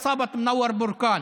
לפציעתה של מונוואר בורקאן